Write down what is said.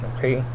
Okay